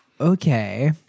Okay